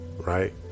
right